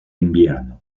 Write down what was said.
invierno